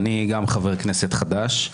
גם אני חבר כנסת חדש.